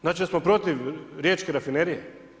Znači da smo protiv Riječke rafinerije?